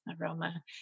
aroma